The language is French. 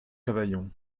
cavaillon